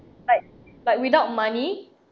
like like without money